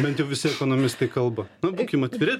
bent jau visi ekonomistai kalba na būkim atviri